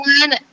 one